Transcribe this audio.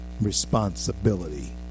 responsibility